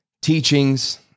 teachings